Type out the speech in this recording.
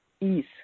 ease